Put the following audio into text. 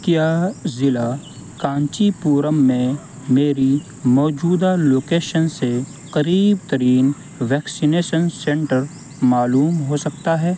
کیا ضلع کانچی پورم میں میری موجودہ لوکیشن سے قریب ترین ویکسینیشن سنٹر معلوم ہو سکتا ہے